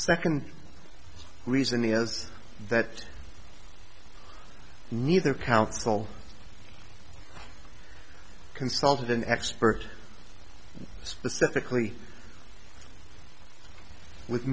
second reason is that neither counsel consulted an expert specifically with